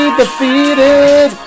defeated